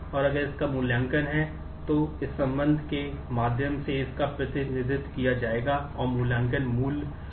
और अगर इसका मूल्यांकन है तो इस संबंध के माध्यम से इसका प्रतिनिधित्व किया जाएगा और मूल्यांकन मूल्य मौजूद होगा